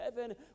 heaven